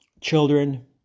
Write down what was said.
children